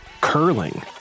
curling